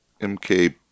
MK